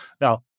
Now